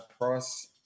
price